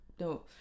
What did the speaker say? no